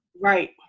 Right